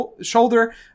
shoulder